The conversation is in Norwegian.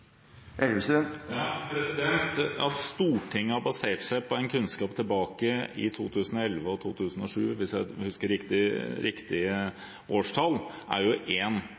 At Stortinget har basert seg på en kunnskap tilbake i 2011 og 2007, hvis jeg husker riktige årstall, er